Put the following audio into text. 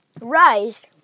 rice